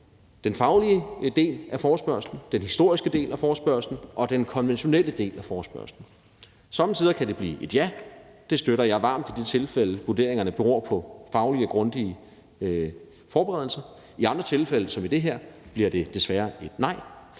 den faglige del af forespørgslen, den historiske del af forespørgslen og den konventionelle del af forespørgslen. Somme tider kan det blive et ja, og det støtter jeg varmt i de tilfælde, hvor vurderingerne beror på faglige og grundige forberedelser; i andre tilfælde som det her bliver det desværre et nej.